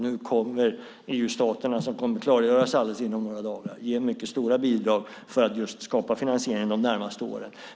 Nu kommer EU-staterna, vilket kommer att klargöras inom några dagar, att ge mycket stora bidrag för att skapa finansiering de närmaste åren.